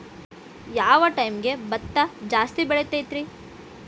ಯಾವ ಟೈಮ್ಗೆ ಭತ್ತ ಜಾಸ್ತಿ ಬೆಳಿತೈತ್ರೇ?